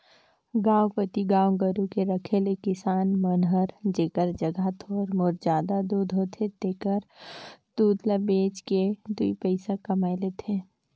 गांव कोती गाय गोरु के रखे ले किसान मन हर जेखर जघा थोर मोर जादा दूद होथे तेहर दूद ल बेच के दुइ पइसा कमाए लेथे